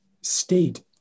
state